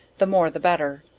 the more the better,